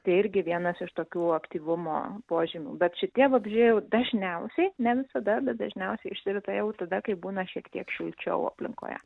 tai irgi vienas iš tokių aktyvumo požymių bet šitie vabzdžiai jau dažniausiai ne visada bet dažniausiai išsirita jau tada kai būna šiek tiek šilčiau aplinkoje